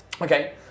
Okay